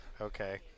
Okay